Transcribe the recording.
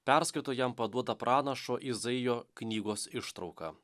perskaito jam paduotą pranašo izaijo knygos ištrauką